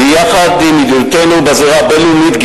ביחד עם ידידותינו בזירה הבין-לאומית,